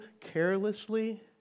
carelessly